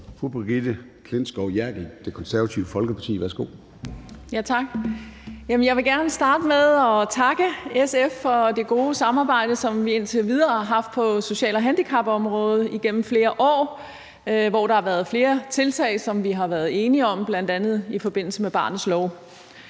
Fru Brigitte Klintskov Jerkel, Det Konservative Folkeparti. Værsgo. Kl. 14:14 Brigitte Klintskov Jerkel (KF): Jeg vil gerne starte med at takke SF for det gode samarbejde, som vi indtil videre igennem flere år har haft på social- og handicapområdet, hvor der har været flere tiltag, som vi har været enige om, bl.a. i forbindelse med barnets lov.